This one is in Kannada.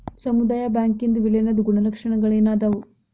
ಸಮುದಾಯ ಬ್ಯಾಂಕಿಂದ್ ವಿಲೇನದ್ ಗುಣಲಕ್ಷಣಗಳೇನದಾವು?